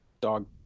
Dog